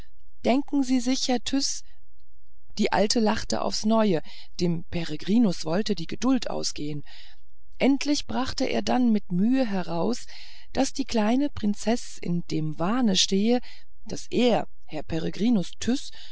denken sie sich herr tyß die alte lachte aufs neue dem peregrinus wollte die geduld ausgehen endlich brachte er dann mit mühe heraus daß die kleine prinzeß in dem wahne stehe daß er herr